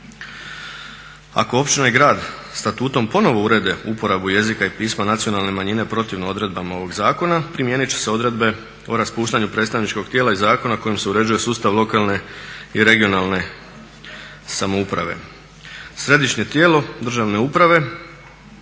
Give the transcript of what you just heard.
Ako općina i grad statutom ponovo urede uporabu jezika i pisma nacionalne manjine protivno odredbama ovog zakona, primijenit će se odredbe o raspuštanju predstavničkog tijela iz zakona kojim se uređuje sustav lokalne i regionalne samouprave. Središnje tijelo državne uprave